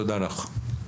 תודה לך.